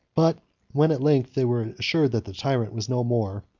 but when at length they were assured that the tyrant was no more,